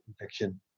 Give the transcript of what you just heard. infection